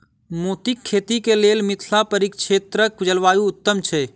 मोतीक खेती केँ लेल मिथिला परिक्षेत्रक जलवायु उत्तम छै?